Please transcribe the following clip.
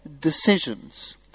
decisions